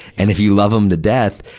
and if you love em to death,